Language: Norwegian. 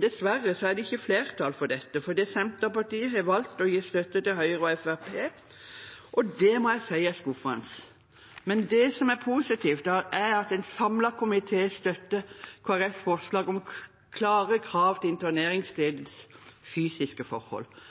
Dessverre er det ikke flertall for dette, fordi Senterpartiet har valgt å gi støtte til Høyre og Fremskrittspartiet, og det må jeg si er skuffende. Men det som er positivt, er at en samlet komité støtter forslaget om klare krav til interneringsstedets fysiske forhold